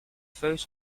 feuilles